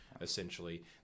essentially